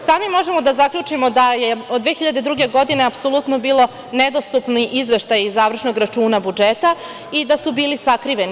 Sami možemo da zaključimo da su od 2002. godine apsolutno bili nedostupni izveštaji završnog računa budžeta i da su bili sakriveni.